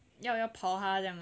要刨她这样啊